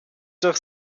durch